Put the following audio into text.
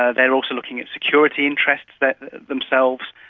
ah they are also looking at security interests but themselves.